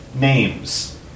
Names